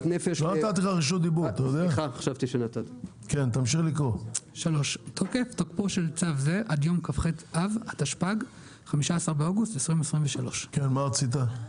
3. תוקפו של צו זה עד יום כ"ח אב התשפ"ג (15 באוגוסט 2023). כן מה רצית?